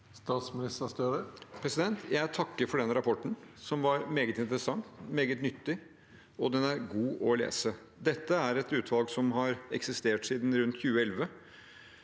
Statsminister Jonas Gahr Støre Jeg tak- ker for den rapporten, som var meget interessant og meget nyttig, og den er god å lese. Dette er et utvalg som har eksistert siden rundt 2011.